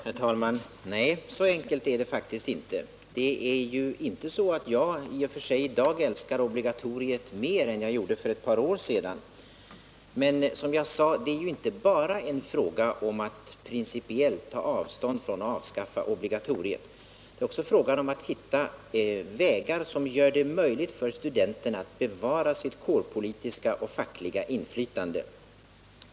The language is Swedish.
Herr talman! Nej, så enkelt är det faktiskt inte! Det är inte så att jag nu i och för sig älskar obligatoriet mer än jag gjorde för ett par år sedan. Men det är, som jag redan sagt, inte bara fråga om att principiellt ta avstånd från och avskaffa obligatoriet. Det är också fråga om att hitta vägar som gör det möjligt för studenterna att bevara sitt kårpolitiska och fackliga inflytande.